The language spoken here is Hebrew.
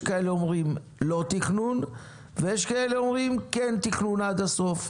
יש כאלה אומרים לא תכנון ויש כאלה אומרים כן תכנון עד הסוף.